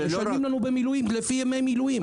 משלמים לנו במילואים לפי ימי מילואים.